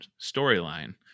storyline